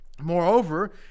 Moreover